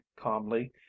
calmly